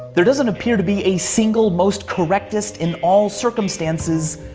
there doesn't appear to be a single most correct-est, in all circumstances,